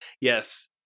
Yes